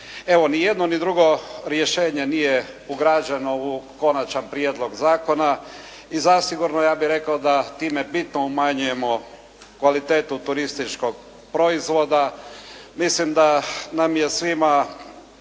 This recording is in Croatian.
Evo ni jedno ni drugo rješenje nije ugrađeno u konačan prijedlog zakona i zasigurno ja bih rekao da time bitno umanjujemo kvalitetu turističkog proizvoda. Mislim da nam je svima